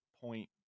point